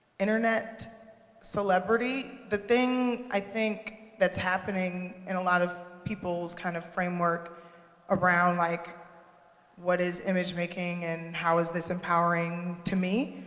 internet celebrity, the thing i think that's happening in a lot of people's kind of framework around, like what is image making? and how is this empowering to me?